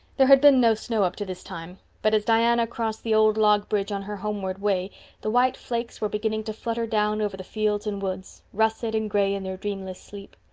there had been no snow up to this time, but as diana crossed the old log bridge on her homeward way the white flakes were beginning to flutter down over the fields and woods, russet and gray in their dreamless sleep.